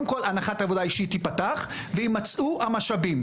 הנחת העבודה שצריכה להיות זה שהיא תיפתח ויימצאו המשאבים,